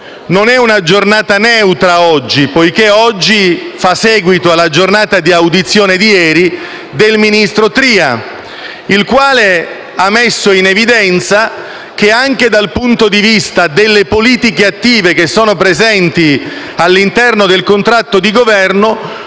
Non è una giornata neutra oggi, poiché oggi fa seguito alla giornata di audizione di ieri del ministro Tria, il quale ha dichiarato, dal punto di vista delle politiche attive presenti all'interno del contratto di Governo,